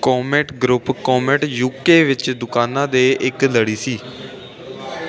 comet group Comet UK ਵਿੱਚ ਦੁਕਾਨਾਂ ਦੀ ਇੱਕ ਲੜੀ ਸੀ